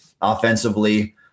offensively